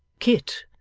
kit,